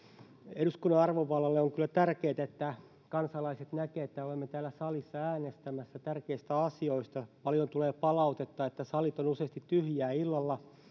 eduskunnan arvovallalle on kyllä tärkeätä että kansalaiset näkevät että olemme täällä salissa äänestämässä tärkeistä asioista paljon tulee palautetta että salit ovat useasti tyhjiä illalla